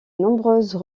nombreuses